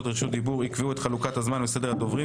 רשות דיבור יקבעו את חלוקת הזמן וסדר הדוברים.